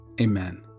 amen